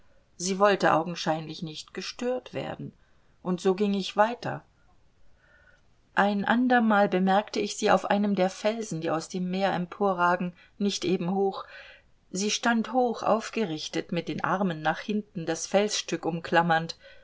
sie wollte augenscheinlich nicht gestört werden und so ging ich weiter ein ander mal bemerkte ich sie auf einem der felsen die aus dem meer emporragen nicht eben hoch sie stand hoch aufgerichtet mit den armen nach hinten das felsstück umklammernd